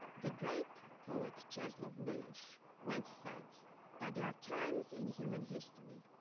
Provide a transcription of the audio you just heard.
the great poet, czeslaw milosz, once said that there are times in human history